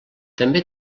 també